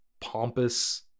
pompous